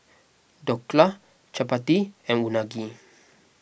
Dhokla Chapati and Unagi